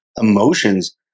emotions